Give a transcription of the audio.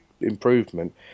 improvement